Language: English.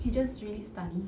he just really studies